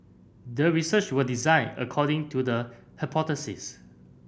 the research was designed according to the hypothesis